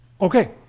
Okay